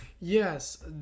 yes